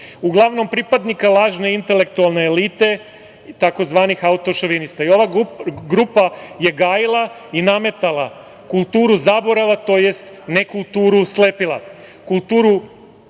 uglavnom pripadnika lažne intelektualne elite, tzv. autošovinista. Ova grupa je gajila i nametala kulturu zaborava, tj. nekulturu slepila. Kulturu